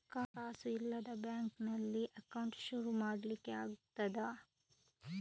ಕಾಸು ಇಲ್ಲದ ಬ್ಯಾಂಕ್ ನಲ್ಲಿ ಅಕೌಂಟ್ ಶುರು ಮಾಡ್ಲಿಕ್ಕೆ ಆಗ್ತದಾ?